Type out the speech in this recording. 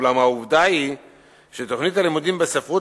אולם העובדה היא שתוכנית הלימודים בספרות